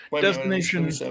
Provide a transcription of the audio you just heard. Destination